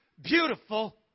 beautiful